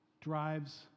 drives